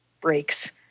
breaks